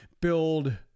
build